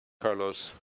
Carlos